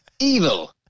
Evil